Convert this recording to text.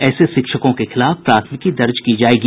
ऐसे शिक्षकों के खिलाफ प्राथमिकी दर्ज करायी जायेगी